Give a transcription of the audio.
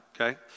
okay